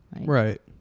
Right